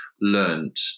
learned